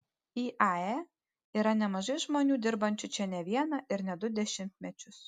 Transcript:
iae yra nemažai žmonių dirbančių čia ne vieną ir ne du dešimtmečius